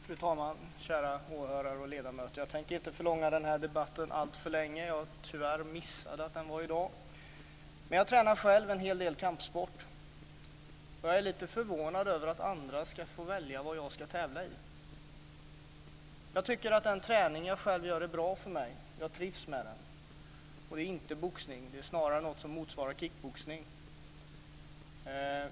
Fru talman! Kära åhörare och ledamöter! Jag tänker inte förlänga den här debatten, men jag missade tyvärr att den skulle hållas i dag. Jag tränar själv en hel del kampsporter, och jag är lite förvånad över att andra ska få välja vad jag ska tävla i. Jag tycker att den träning som jag håller på med är bra för mig. Jag trivs med den. Och det är inte fråga om boxning, utan det är snarare någonting som motsvarar kick-boxning.